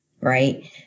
Right